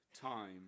time